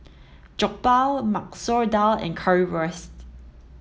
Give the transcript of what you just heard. Jokbal Masoor Dal and Currywurst